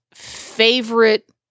Favorite